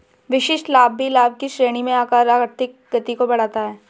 विशिष्ट लाभ भी लाभ की श्रेणी में आकर आर्थिक गति को बढ़ाता है